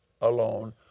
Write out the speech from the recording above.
alone